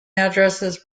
addresses